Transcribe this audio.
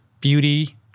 beauty